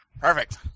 Perfect